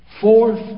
Fourth